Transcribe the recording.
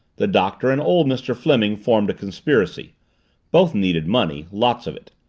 the doctor and old mr. fleming formed a conspiracy both needed money lots of it.